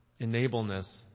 enableness